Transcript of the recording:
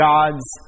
God's